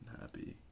happy